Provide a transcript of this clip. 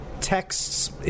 texts